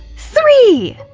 three!